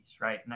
right